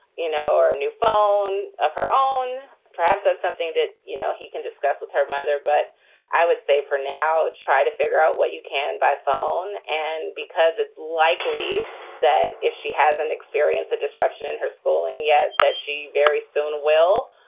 you know, or a new phone of her own. perhaps that's something that, you know, he can discuss with her mother but i would say for now, try to out what you can by phone and because it's likely that if she had. and experience a disruption in her schooling, yet that she very soon will.